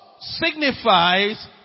signifies